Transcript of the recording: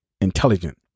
intelligent